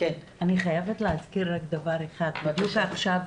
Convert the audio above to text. אני חייבת להזכיר רק דבר אחד עכשיו